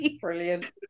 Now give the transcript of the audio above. brilliant